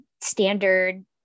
standard